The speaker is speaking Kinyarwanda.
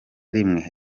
rimwe